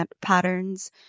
patterns